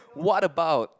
what about